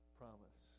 promise